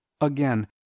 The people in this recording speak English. Again